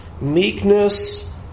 meekness